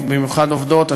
ובמיוחד עובדות,